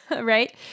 right